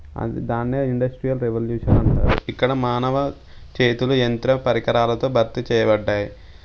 దాన్నే industrial revolution అంటారు ఇక్కడ మానవ చేతులు యంత్ర పరికరాలతో భర్తీ చేయబడ్డాయి